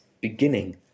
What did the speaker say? beginning